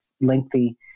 lengthy